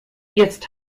jetzt